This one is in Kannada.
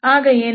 ಆಗ ಏನಾಗುತ್ತದೆ